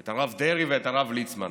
את הרב דרעי ואת הרב ליצמן.